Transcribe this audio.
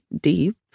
deep